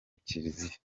kiliziya